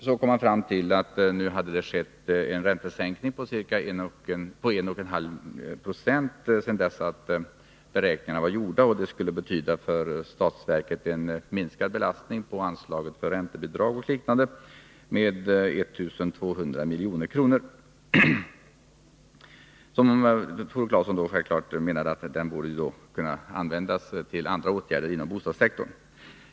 Sedan kom han fram till att det nu hade skett en räntesänkning på 1,5 20 sedan dessa förslag framlagts. Det skulle för samhället betyda en minskad belastning med avseende på statsbidrag och liknande med 1 200 miljoner. Tore Claeson menade att dessa pengar borde kunna användas till andra åtgärder inom bostadssektorn.